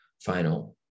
final